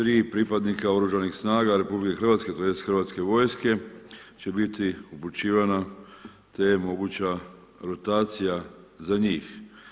3 pripadnika oružanih snaga RH, tj. Hrvatske vojske će biti uključivanja te je moguća rotacija za njih.